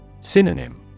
Synonym